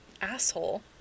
Asshole